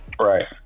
right